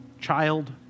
child